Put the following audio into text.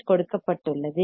fH கொடுக்கப்பட்டுள்ளது